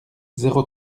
zéro